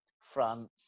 France